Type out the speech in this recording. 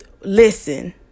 listen